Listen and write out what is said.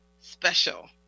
special